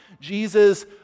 Jesus